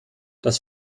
das